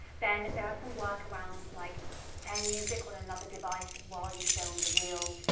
then there are some workarounds like playing music on another device while you film the reel.